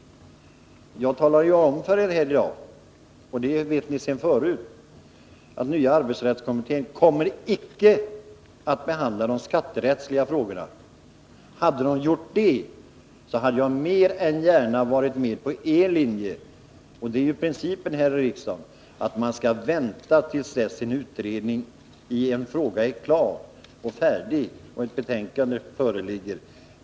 Jag har ju i dag talat om för er — och det vet ni sedan tidigare — att nya arbetsrättskommittén icke kommer att behandla de skatterättsliga frågorna. Om den gjorde det hade jag mer än gärna varit med på er linje. Det är ju principen här i riksdagen att man skall vänta till dess en utredning i en fråga är klar och ett betänkande föreligger.